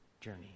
journey